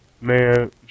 man